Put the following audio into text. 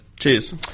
Cheers